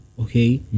okay